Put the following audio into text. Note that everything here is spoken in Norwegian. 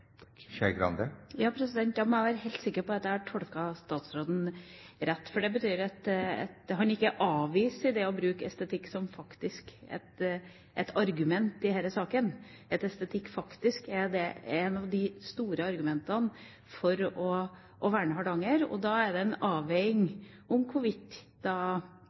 Da må jeg være helt sikker på at jeg tolket statsråden rett, for det betyr at han ikke avviser det å bruke estetikk som et argument i denne saken, at estetikk faktisk er et av de store argumentene for å verne Hardanger. Da er det en avveining hvorvidt pris, hastighet og de